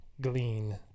glean